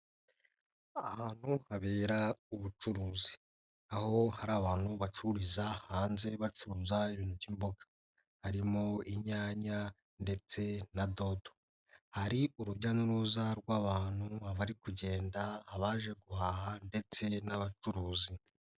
Ahantu habera ubucuruzi. Aho hari abantu bacururiza hanze, bacuruza ibintu by'imboga. Harimo inyanya ndetse na dodo. Hari urujya n'uruza rw'abantu bari kugenda, abaje guhaha ndetse n'abacuruzi.